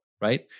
Right